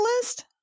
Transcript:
list